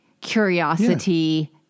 curiosity